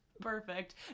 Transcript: Perfect